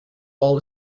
while